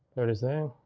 there it is there.